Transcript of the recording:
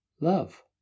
love